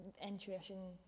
intuition